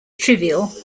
trivial